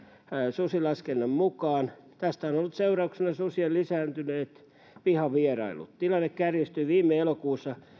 susilaskennan mukaan tästä ovat olleet seurauksena susien lisääntyneet pihavierailut tilanne kärjistyi viime elokuussa